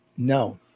No